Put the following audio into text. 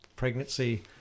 pregnancy